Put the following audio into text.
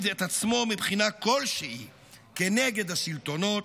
את עצמו מבחינה כלשהי כנגד השלטונות,